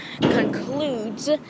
concludes